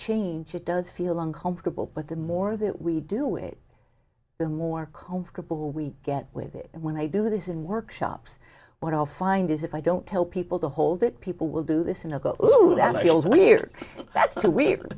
change it does feel uncomfortable but the more that we do it the more comfortable we get with it and when i do this in workshops what i'll find is if i don't tell people to hold it people will do this in a guy who feels weird that's too weird